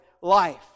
life